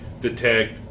detect